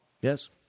Yes